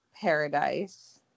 paradise